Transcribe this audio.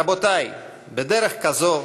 רבותי, בדרך כזו